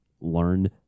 learn